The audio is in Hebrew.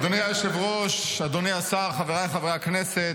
אדוני היושב-ראש, אדוני השר, חבריי חברי הכנסת.